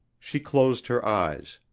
she closed her eyes.